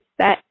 set